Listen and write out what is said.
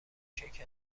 کیک